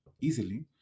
easily